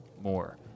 more